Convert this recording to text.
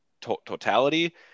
totality